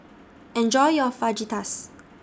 Enjoy your Fajitas